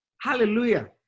Hallelujah